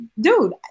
dude